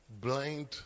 blind